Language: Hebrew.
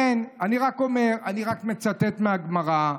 אני רק מצטט מהגמרא,